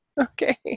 Okay